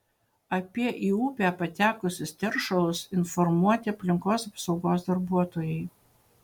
apie į upę patekusius teršalus informuoti aplinkos apsaugos darbuotojai